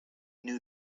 knew